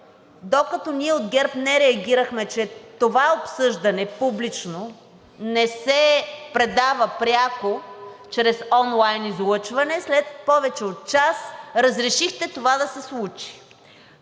докато ние от ГЕРБ не реагирахме, че това обсъждане – публично, не се предава пряко чрез онлайн излъчване, след повече от час разрешихте това да се случи.